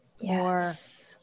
Yes